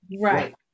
Right